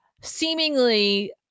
seemingly –